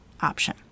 option